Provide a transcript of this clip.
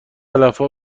علفها